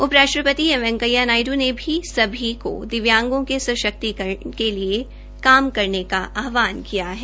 उपराष्ट्रपति एम वैकेंया नायड़ ने सभी को दिव्यांगों के सशक्तिकरण के लिए काम करने का आहवान किया है